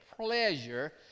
pleasure